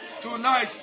Tonight